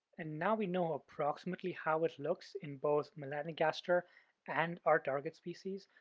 and now we know approximately how it looks in both melanogaster and our target species.